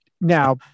Now